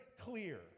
clear